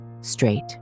straight